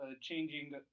changing